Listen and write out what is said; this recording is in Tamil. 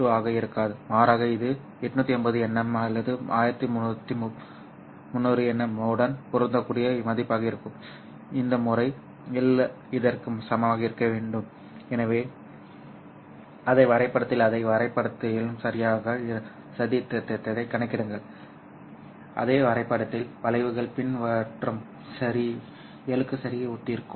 2 ஆக இருக்காது மாறாக இது 850nm அல்லது 1300nm உடன் பொருந்தக்கூடிய மதிப்பாக இருக்கும் இந்த முறை L இதற்கு சமமாக இருக்க வேண்டும் எனவே அதே வரைபடத்தில் அதே வரைபடத்தின் சரியான சதித்திட்டத்தை கணக்கிடுங்கள் அதே வரைபடத்தில் வளைவுகள் பின் மற்றும் L சரிக்கு ஒத்திருக்கும்